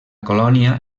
colònia